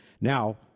Now